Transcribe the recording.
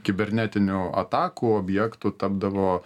kibernetinių atakų objektu tapdavo